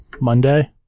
Monday